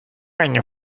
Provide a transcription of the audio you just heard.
eine